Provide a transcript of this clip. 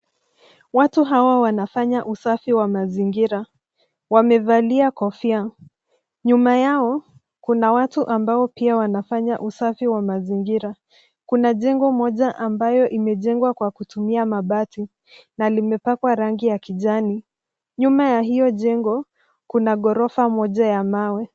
Watu hawa wanafanya usafi wa mazingira. Wamevalia kofia. Nyuma yao kuna watu ambao pia wanafanya usafi wa mazingira. Kuna jengo moja ambayo imejengwa kwa kutumia mabati na limepakwa rangi ya kijani. Nyuma ya hiyo jengo kuna ghorofa moja ya mawe.